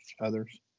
others